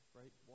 right